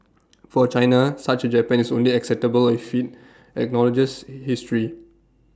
for China such Japan is only acceptable if IT acknowledges history